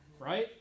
right